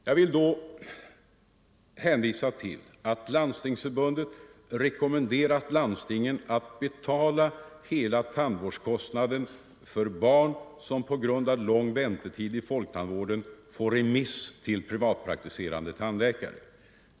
Jag vill då hänvisa till att Landstingsförbundet rekommenderat landstingen att betala hela tandvårdskostnaden för barn som på grund av lång väntetid i folktandvården får remiss till privatpraktiserande tandläkare.